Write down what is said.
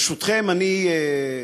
ברשותכם, אני,